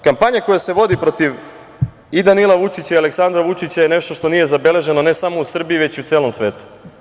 Kampanja koja se vodi protiv i Danila Vučića i Aleksandra Vučića je nešto što nije zabeleženo ne samo u Srbiji, već i u celom svetu.